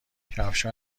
کفشها